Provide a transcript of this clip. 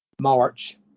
March